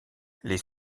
les